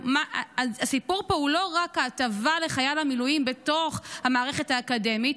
הסיפור פה הוא לא רק ההטבה לחייל המילואים בתוך המערכת האקדמית,